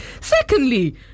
Secondly